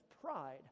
pride